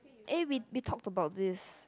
eh we we talked about this